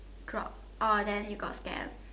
drop orh then you got scam